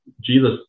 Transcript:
jesus